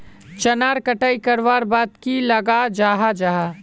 चनार कटाई करवार बाद की लगा जाहा जाहा?